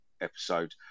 episode